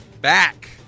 back